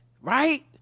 right